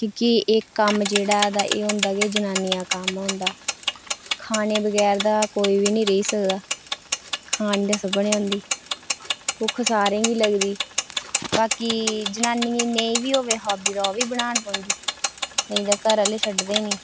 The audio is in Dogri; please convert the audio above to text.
की के एह् कम्म जेह्ड़ा होंदा ऐ एह् कम्म गै जनानियें दा होंदा ऐ खाने दे बगैर तां कोई बी नेईं रेही सकदा खाने ते सभनें होंदी भुक्ख सारें गी लगदी ते बाकी जनानियें दी नेईं बी होऐ हॉबी ओह्बी बनानी पौंदी नेईं तां घर आह्ले छड्डदे गै नेईं